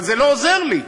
אבל זה לא עוזר לי.